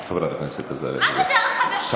מה זה דרך חדשה?